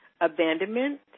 Abandonment